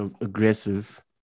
aggressive